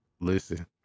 Listen